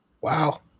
Wow